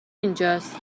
اینجاس